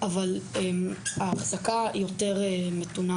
אבל האחזקה היא יותר מתונה.